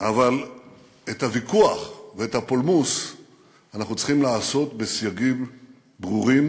אבל את הוויכוח ואת הפולמוס אנחנו צריכים לעשות בסייגים ברורים,